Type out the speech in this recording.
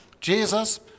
Jesus